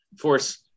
force